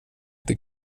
inte